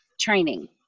training